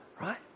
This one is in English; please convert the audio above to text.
Right